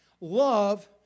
Love